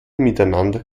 miteinander